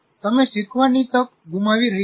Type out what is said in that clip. તમે શીખવાની તક ગુમાવી રહ્યા છો